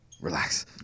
Relax